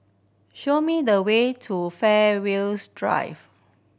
show me the way to Fairways Drive